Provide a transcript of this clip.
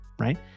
right